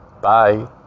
Bye